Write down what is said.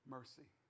Mercy